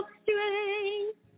strength